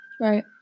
right